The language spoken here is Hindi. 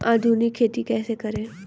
आधुनिक खेती कैसे करें?